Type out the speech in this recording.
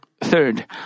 Third